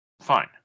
Fine